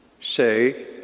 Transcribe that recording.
say